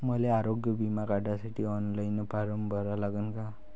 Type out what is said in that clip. मले आरोग्य बिमा काढासाठी ऑनलाईन फारम भरा लागन का?